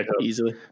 easily